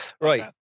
Right